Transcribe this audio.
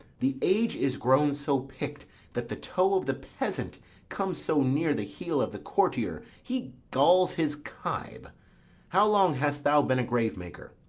the age is grown so picked that the toe of the peasant comes so near the heel of the courtier he galls his kibe how long hast thou been a grave-maker?